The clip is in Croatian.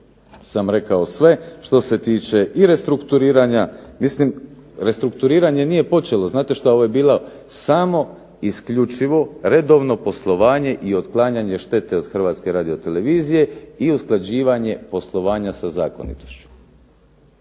sam rekao sve. Što se tiče i restrukturiranja mislim restrukturiranje nije počelo. Znate šta, ovo je bilo samo isključivo redovno poslovanje i otklanjanje štete od Hrvatske radiotelevizije i usklađivanje poslovanja sa zakonitošću.